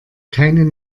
keine